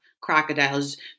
crocodiles